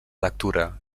lectura